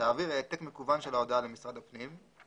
תעביר העתק מקוון של ההודעה למשרד הפנים,